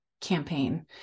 campaign